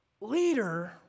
leader